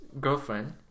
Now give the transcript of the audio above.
Girlfriend